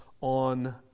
on